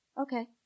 Okay